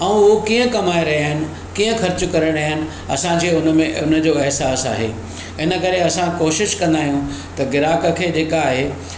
ऐं हो कीअं कमाए रहिया आहिनि कीअं ख़र्चु करे रहिया आहिनि असांजो हुनमें उनजो एहसासु आहे हिनकरे असां कोशिशि कंदा आहियूं त ग्राहक खे जेका आहे